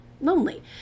lonely